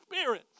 spirit